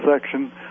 section